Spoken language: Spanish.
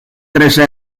trece